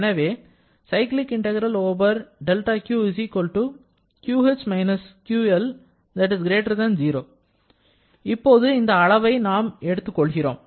எனவே இப்போது இந்த அளவை நாம் எடுத்துக் கொள்கிறோம்